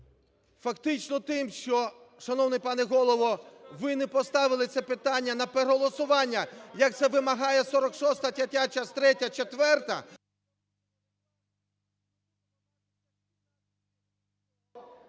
фактично тим, що, шановний пане Голово, ви не поставили це питання на переголосування, як це вимагає 46 стаття частина